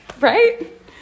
right